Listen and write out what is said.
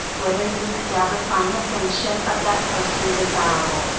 whether you could ever find the friendship of that person desirable.